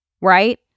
right